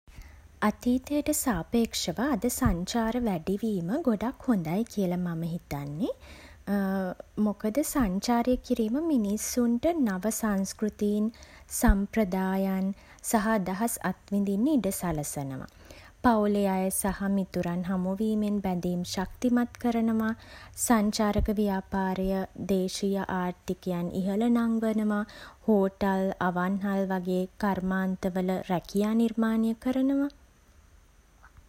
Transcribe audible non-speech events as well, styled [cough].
අතීතයට සාපේක්ෂව අද සංචාර වැඩිවීම ගොඩක් හොඳයි කියල මම හිතන්නේ. [hesitation] මොකද, සංචාරය කිරීම මිනිස්සුන්ට නව සංස්කෘතීන්, සම්ප්‍රදායන් සහ අදහස් අත්විඳින්න ඉඩ සලසනවා. පවුලේ අය සහ මිතුරන් හමුවීමෙන් බැඳීම් ශක්තිමත් කරනවා. සංචාරක ව්‍යාපාරය දේශීය ආර්ථිකයන් ඉහළ නංවනවා, හෝටල්, අවන්හල් වගේ කර්මාන්තවල රැකියා නිර්මාණය කරනවා.